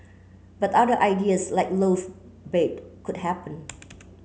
but other ideas like loft bed could happen